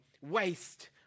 waste